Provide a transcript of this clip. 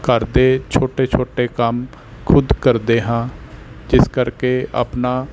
ਘਰ ਦੇ ਛੋਟੇ ਛੋਟੇ ਕੰਮ ਖੁਦ ਕਰਦੇ ਹਾਂ ਜਿਸ ਕਰਕੇ ਆਪਣਾ